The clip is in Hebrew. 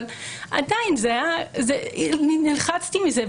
עדיין נלחצתי מזה.